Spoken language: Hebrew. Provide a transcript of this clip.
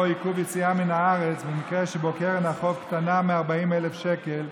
עיכוב יציאה מן הארץ במקרה שבו קרן החוב קטנה מ-40,000 שקל,